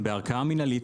הם בערכאה מנהלית,